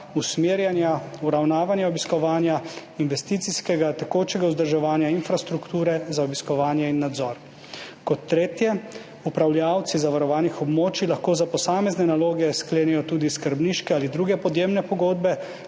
usmerjanja, uravnavanja obiskovanja, investicijskega tekočega vzdrževanja infrastrukture za obiskovanje in nadzor. Kot tretje. Upravljavci zavarovanih območij lahko za posamezne naloge sklenejo tudi skrbniške ali druge podjemne pogodbe